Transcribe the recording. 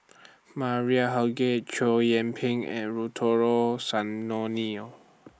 Maria Chow Yian Ping and